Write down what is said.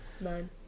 Nine